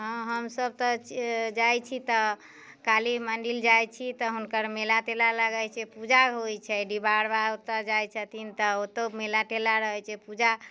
हाँ हमसभ तऽ जाइ छी तऽ काली मन्दिर जाइ छी तऽ हुनकर मेला तेला लगै छै पूजा होइ छै डिहबार बाबा ओतऽ जाइ छथिन तऽ ओतौ मेला ठेला रहै छै पूजा